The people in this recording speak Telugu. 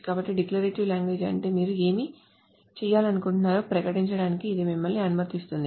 కాబట్టి డిక్లరేటివ్ లాంగ్వేజ్ అంటే మీరు ఏమి చేయాలనుకుంటున్నారో ప్రకటించటానికి ఇది మిమ్మల్ని అనుమతిస్తుంది